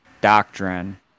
doctrine